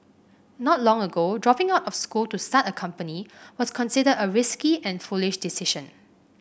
not long ago dropping out of school to start a company was considered a risky and foolish decision